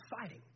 fighting